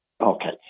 Okay